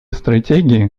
стратегии